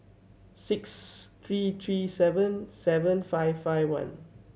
six three three seven seven five five one